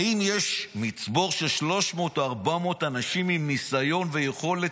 האם יש מצבור של 300 או 400 אנשים עם ניסיון ויכולת